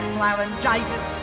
laryngitis